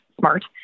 smart